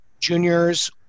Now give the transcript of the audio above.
juniors